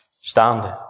Standing